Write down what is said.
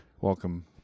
Welcome